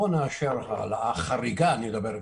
בואו נאשר העלאה חריגה אני מדבר,